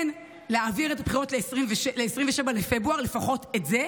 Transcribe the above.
כן להעביר את הבחירות ל-27 בפברואר, לפחות את זה,